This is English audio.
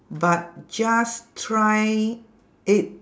but just try it